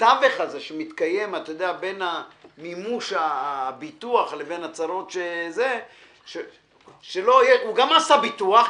בתווך הזה שמתקיים בין מימוש הביטוח לבין הצרות --- הוא גם עשה ביטוח,